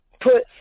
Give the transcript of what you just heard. put